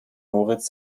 moritz